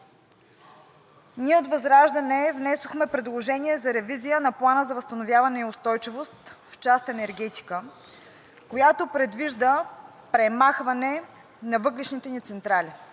ние от ВЪЗРАЖДАНЕ внесохме предложение за ревизия на Плана за възстановяване и устойчивост в част „Енергетика“, която предвижда премахване на въглищните ни централи.